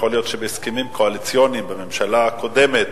יכול להיות שבהסכמים קואליציוניים בממשלה הקודמת